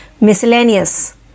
Miscellaneous